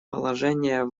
положение